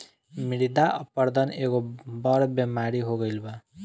मृदा अपरदन एगो बड़ बेमारी हो गईल बा